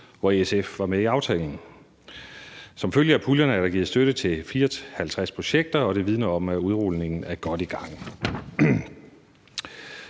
hvor SF var med i aftalen. Som følge af puljerne er der givet støtte til 54 projekter, og det vidner om, at udrulningen er godt i gang.